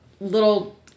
little